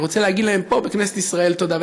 אני רוצה להגיד להם פה בכנסת ישראל תודה,